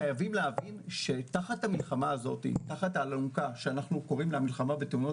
חייבים להבין שבמאבק במלחמה הזו שאנחנו קוראים לה המלחמה בתאונות